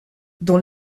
dans